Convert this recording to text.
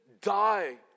die